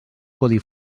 codi